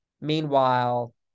Meanwhile